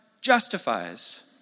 justifies